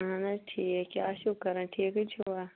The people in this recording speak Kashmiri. اہن حظ ٹھیٖک کیٛاہ چھِو کَران ٹھیٖکٕے چھِو